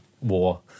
war